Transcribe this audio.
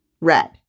red